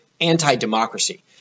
anti-democracy